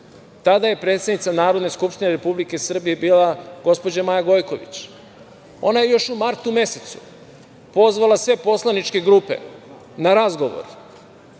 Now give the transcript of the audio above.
Tada je predsednica Narodne skupštine Republike Srbije bila gospođa Maja Gojković. Ona je još u martu mesecu pozvala sve poslaničke grupe na razgovor,